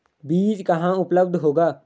बीज कहाँ उपलब्ध होगा?